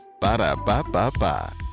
Ba-da-ba-ba-ba